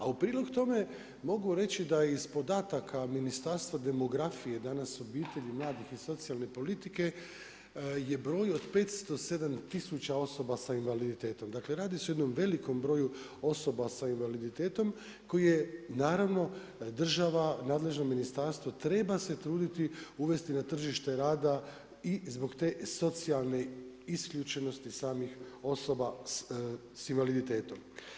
A u prilog tome mogu reći da iz podataka Ministarstva demografije, danas obitelji, mladih i socijalne politike je broj od 507 tisuća osoba sa invaliditetom, dakle radi se o jednom velikom broju osoba sa invaliditetom koji je država, nadležno ministarstvo treba se truditi uvesti na tržište rada i zbog te socijalne isključenosti samih osoba s invaliditetom.